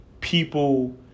people